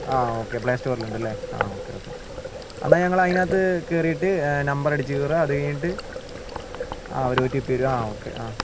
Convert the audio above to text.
ആ ഓക്കെ പ്ലേസ്റ്റോറിൽ ഉണ്ടല്ലേ ആ ഓക്കെ ഓക്കെ എന്നാൽ ഞങ്ങൾ അത്തിനകത്ത് കയറിയിട്ട് നമ്പർ അടിച്ച് കയറുക അത് കഴിഞ്ഞിട്ട് ആ ഒരു ഒ ടി പി വരും ആ ഓക്കെ ആ